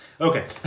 Okay